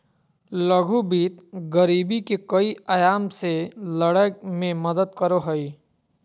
लघु वित्त गरीबी के कई आयाम से लड़य में मदद करो हइ